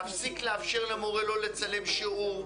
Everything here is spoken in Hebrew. להפסיק לאפשר למורה לא לצלם שיעור.